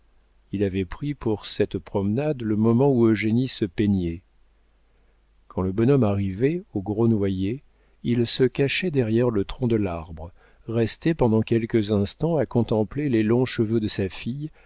il avait pris pour cette promenade le moment où eugénie se peignait quand le bonhomme arrivait au gros noyer il se cachait derrière le tronc de l'arbre restait pendant quelques instants à contempler les longs cheveux de sa fille